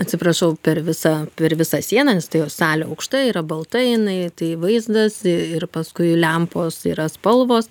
atsiprašau per visą per visą sieną nes ta jo salė aukšta yra balta jinai tai vaizdas i ir paskui lempos yra spalvos